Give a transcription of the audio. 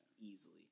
easily